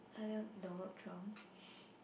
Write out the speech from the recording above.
Donald-Trump